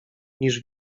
niż